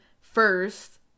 first